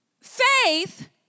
faith